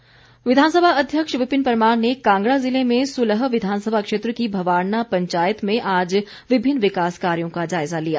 परमार विधानसभा अध्यक्ष विपिन परमार ने कांगड़ा जिले में सुलह विधानसभा क्षेत्र की भवारना पंचायत में आज विमिन्न विकास कार्यो का जायजा लिया